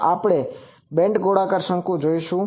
તો આપણે તે બેન્ટ ગોળાકાર શંકુ જોશું